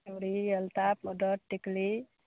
चुड़ी अलता पाउडर टिकुली